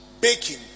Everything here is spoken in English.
Baking